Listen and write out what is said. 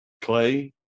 Clay